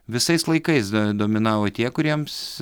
visais laikais d dominavo tie kuriems